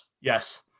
Yes